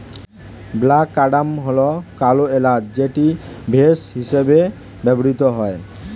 black cardamom হল কালো এলাচ যেটি ভেষজ হিসেবে ব্যবহৃত হয়